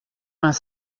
vingt